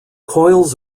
coils